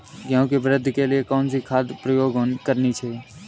गेहूँ की वृद्धि के लिए कौनसी खाद प्रयोग करनी चाहिए?